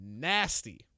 nasty